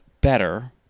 better